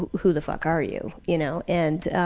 who the fuck are you? you know, and